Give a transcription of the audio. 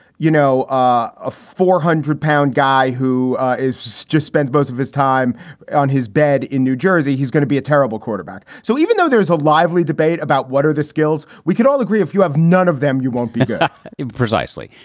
you know, a four hundred pound guy who is just spends most of his time on his bed in new jersey, he's going to be a terrible quarterback. so even though there's a lively debate about what are the skills, we could all agree. if you have none of them, you won't be good precisely.